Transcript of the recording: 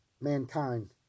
mankind